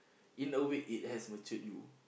in a way it has matured you